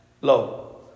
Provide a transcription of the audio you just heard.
low